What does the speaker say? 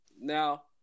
Now